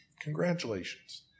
Congratulations